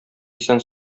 исән